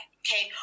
okay